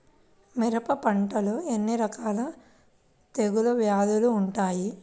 మిరప పంటలో ఎన్ని రకాల తెగులు వ్యాధులు వుంటాయి?